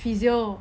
physiotherapy